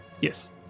Yes